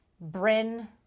Bryn